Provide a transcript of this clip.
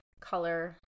color